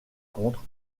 contre